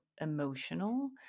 emotional